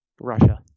Russia